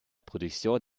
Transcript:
production